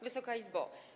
Wysoka Izbo!